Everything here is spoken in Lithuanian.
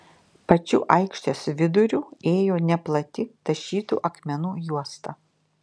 pačiu aikštės viduriu ėjo neplati tašytų akmenų juosta